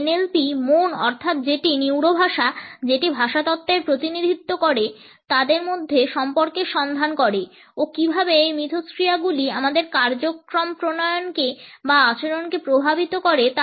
NLP মন অর্থাৎ যেটি নিউরো ভাষা যেটি ভাষাতত্ত্বের প্রতিনিধিত্ব করে তাদের মধ্যে সম্পর্কের সন্ধান করে ও কীভাবে এই মিথস্ক্রিয়াগুলি আমাদের কার্যক্রমপ্রণয়নকে বা আচরণকে প্রভাবিত করে তা দেখে